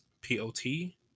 P-O-T